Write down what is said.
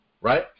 right